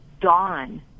Dawn